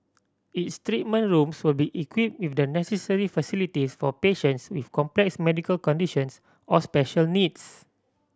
its treatment rooms will be equipped with the necessary facilities for patients with complex medical conditions or special needs